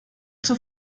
zur